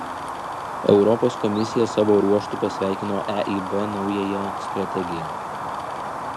europos komisija savo ruožtu pasveikino eib naująją strategiją